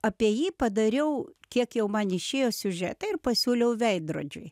apie jį padariau kiek jau man išėjo siužetą ir pasiūliau veidrodžiui